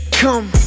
come